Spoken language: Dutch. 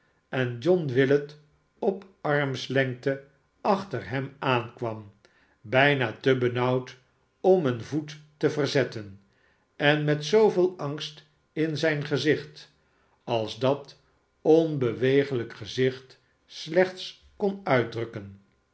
en john willet op armslengte achter hemaankwam bijna te benauwd om een voet te verzetten en met zooveel angst in zijn gezicht als dat onbeweeglijk gezicht slechts kon uitdrukken